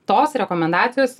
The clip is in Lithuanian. tos rekomendacijos